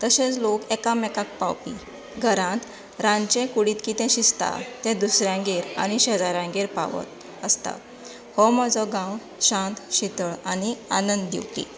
तशेंच लोक एकामेकांक पावपी घरांत रांदचे कुडींत कितें शिजता तें दुसऱ्यांगेर आनी शेजाऱ्यांगेर पावत आसता हो म्हजो गांव शांत शितळ आनी आनंद दिवपी